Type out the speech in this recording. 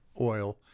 oil